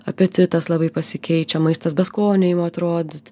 apetitas labai pasikeičia maistas be skonio ima atrodyt